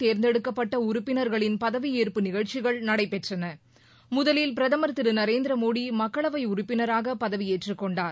தேர்ந்தெடுக்கப்பட்ட உறுப்பினர்களின் இதனையடுத்து புதிதாக பதவியேற்பு நடைபெற்றது முதலில் பிரதமர் திரு நரேந்திரமோடி மக்களவை உறுப்பினராக பதவியேற்றுக் கொண்டார்